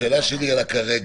השאלה שלי היא על ה"כרגע".